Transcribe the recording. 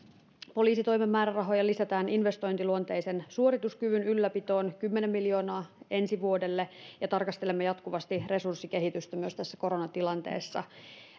poliisitoimen määrärahoja lisätään investointiluonteisen suorituskyvyn ylläpitoon kymmenen miljoonaa ensi vuodelle ja tarkastelemme jatkuvasti resurssikehitystä myös tässä koronatilanteessa